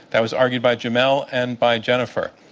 that was argued by jamelle and by jennifer.